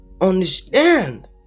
understand